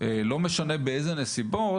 לא משנה באילו נסיבות,